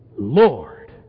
Lord